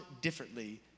differently